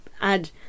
add